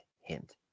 hint